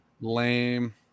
lame